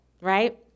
right